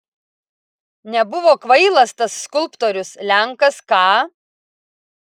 nebuvo kvailas tas skulptorius lenkas ką